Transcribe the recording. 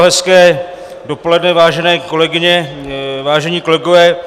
Hezké dopoledne, vážené kolegyně, vážení kolegové.